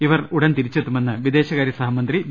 ഇവർ ഉടൻ തിരിച്ചെത്തുമെന്ന് വിദേശകാരൃ സഹമന്ത്രി വി